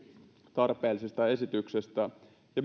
tarpeellisesta esityksestä ja